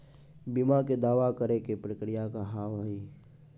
बीमा के दावा करे के प्रक्रिया का हाव हई?